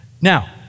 Now